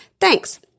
Thanks